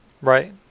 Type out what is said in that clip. Right